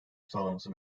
sağlaması